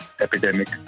epidemic